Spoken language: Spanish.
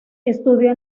estudió